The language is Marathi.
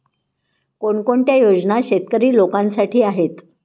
कोणकोणत्या योजना शेतकरी लोकांसाठी आहेत?